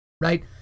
right